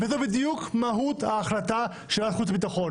וזו בדיוק מהות ההחלטה של ועדת החוץ והביטחון: